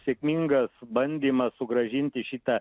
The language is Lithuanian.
sėkmingas bandymas sugrąžinti šitą